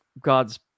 god's